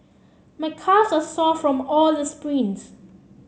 my calves are sore from all the sprints